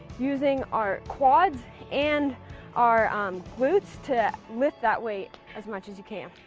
using our quads and our glutes to lift that weight as much as you can.